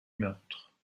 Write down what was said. meurtre